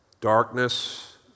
Darkness